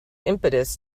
impetus